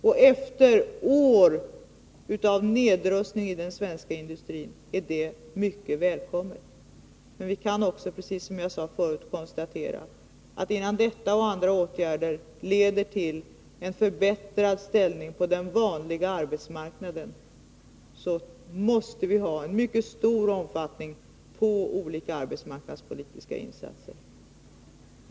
Och efter år av nedrustning i den svenska industrin är det mycket välkommet. Men vi kan, som jag sade förut, också konstatera att innan detta och vidtagna åtgärder leder till en förbättrad ställning på den vanliga arbetsmarknaden måste vi ha en mycket stor omfattning på olika arbetsmarknadspolitiska insatser.